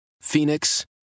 Phoenix